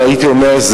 הייתי אומר,